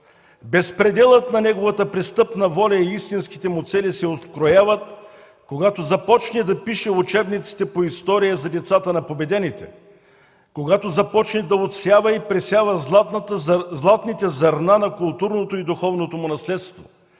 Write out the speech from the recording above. Безпределът на неговата престъпна воля и истинските му цели се открояват, когато започне да пише учебниците по история за децата на победените, когато започне да отсява и пресява златните зърна на културното и духовното му наследство